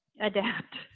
Adapt